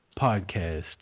podcast